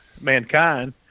mankind